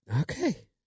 okay